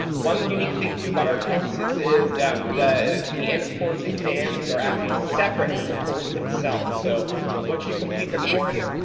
one unique thing too about our courses is that the the end of course exams are actually separate from the course itself, so once you complete the course,